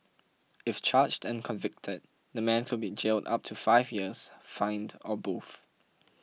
if charged and convicted the man could be jailed up to five years fined or both